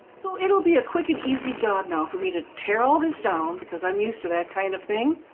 so it'll be a quick and easy job now for me to tear all this down because i'm used to that kind of thing,